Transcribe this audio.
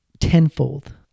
tenfold